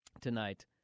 tonight